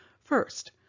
First